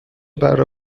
بره